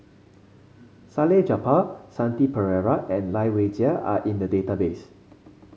Salleh Japar Shanti Pereira and Lai Weijie are in the database